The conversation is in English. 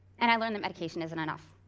and i learned that medication isn't enough.